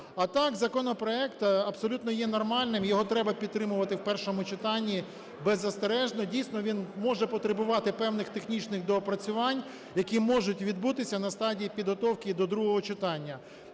А так законопроект абсолютно є нормальним, його треба підтримувати в першому читанні беззастережно. Дійсно, він може потребувати певних технічних доопрацювань, які можуть відбутися на стадії підготовки до другого читання.